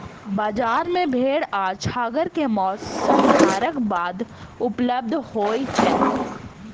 बजार मे भेड़ आ छागर के मौस, संहारक बाद उपलब्ध होय छै